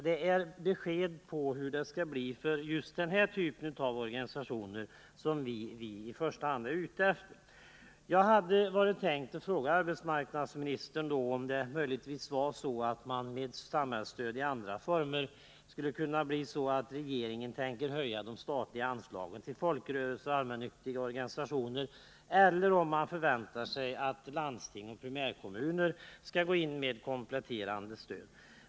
Det är i första hand ett besked om hur man skall behandla sådana organisationer som jag vill ha. Jag hade tänkt fråga arbetsmarknadsministern om hänvisningen till samhällsstöd i andra former skulle kunna innebära att regeringen tänker höja de statliga anslagen till folkrörelser och allmännyttiga organisationer eller om man kan förvänta sig att landsting och primärkommuner skall gå in med kompletterande stöd.